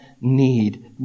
need